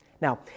Now